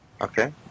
Okay